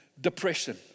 depression